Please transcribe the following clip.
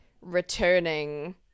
returning